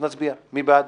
הצבעה בעד,